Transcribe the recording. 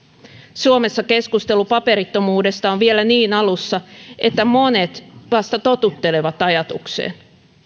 suomessa keskustelu paperittomuudesta on vielä niin alussa että monet vasta totuttelevat ajatukseen